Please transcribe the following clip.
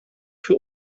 für